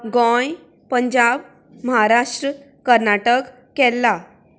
Goa Punjab Maharashtra Karnataka Kerala